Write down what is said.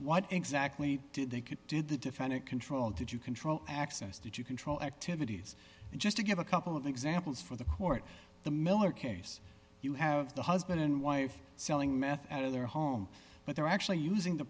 what exactly did they could did the defendant control did you control access did you control activities and just to give a couple of examples for the court the miller case you have the husband and wife selling meth out of their home but they're actually using the